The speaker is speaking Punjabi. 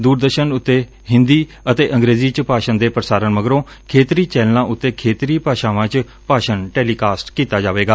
ਦੁਰਦਰਸ਼ਨ ਤੇ ਹਿੰਦੀ ਅਤੇ ਅੰਗਰੇਜ਼ੀ ਚ ਭਾਸ਼ਣ ਦੇ ਪੁਸਾਰਣ ਮਗਰੋ ਖੇਤਰੀ ਚੈਨਲਾਂ ਤੇ ਖੇਤਰੀ ਭਾਸ਼ਾਵਾਂ ਚ ਭਾਸ਼ਣ ਟੈਲੀਕਾਸਟ ਕੀਤਾ ਜਾਵੇਗਾ